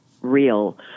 Real